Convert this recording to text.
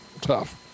Tough